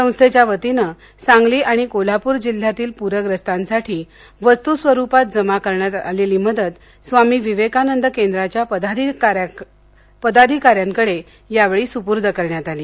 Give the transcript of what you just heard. संस्थेच्या वतीनं सांगली आणि कोल्हापूर जिल्ह्यातील पूरग्रस्तांसाठी वस्तू स्वरुपात जमा करण्यात आलेली मदत स्वामी विवेकानंद केंद्राच्या पदाधिकार्यांकडे यावेळी सुपूर्द करण्यात आली